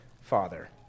Father